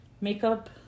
makeup